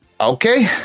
Okay